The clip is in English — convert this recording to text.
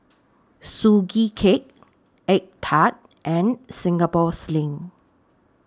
Sugee Cake Egg Tart and Singapore Sling